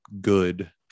good